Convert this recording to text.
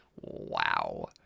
Wow